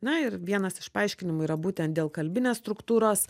na ir vienas iš paaiškinimų yra būtent dėl kalbinės struktūros